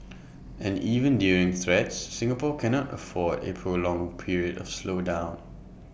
and even during threats Singapore cannot afford A prolonged period of slowdown